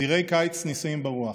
זרעי קיץ נישאים ברוח,